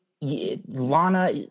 Lana